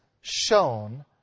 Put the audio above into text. shown